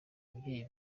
ababyeyi